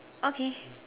okay